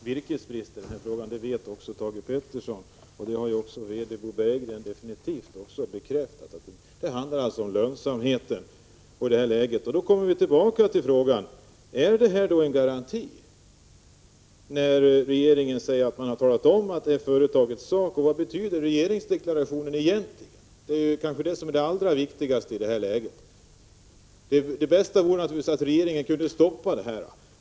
Herr talman! Det är inte fråga om virkesbrist, det vet Thage Peterson, och det har VD Bo Berggren också bekräftat. Det handlar alltså om lönsamheten. Och då kommer vi tillbaka till frågan: Är det en garanti när regeringen säger att det är företagets sak? Vad betyder regeringsdeklarationen egentligen? Det är kanske det som är det allra viktigaste i det här läget. Det bästa vore om regeringen kunde stoppa nedläggningarna.